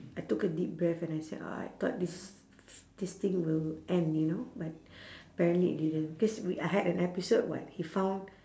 I took a deep breath and I said uh I thought this this thing will end you know but apparently it didn't cause we I had an episode [what] he found